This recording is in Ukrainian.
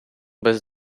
без